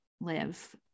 live